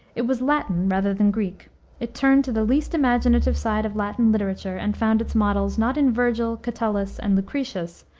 it was latin rather than greek it turned to the least imaginative side of latin literature and found its models, not in vergil, catullus, and lucretius,